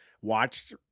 watched